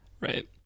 Right